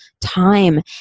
time